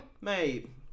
mate